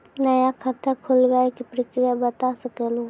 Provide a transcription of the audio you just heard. नया खाता खुलवाए के प्रक्रिया बता सके लू?